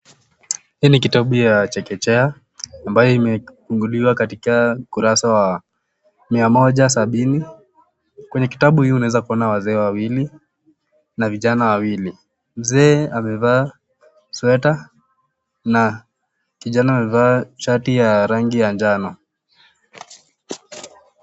Hii ni kitabu ya chekechea ,ambae imefungiliwa katika ukurasa wa mia moja sabini, kwenye kitabu hii unaweza kuona wazee wawili, na vijana wawili .Mzee amevaa sweater na kijana shati ya njano.